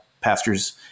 pastors